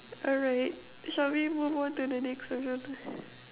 alright should we move on to the next question